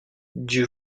dieu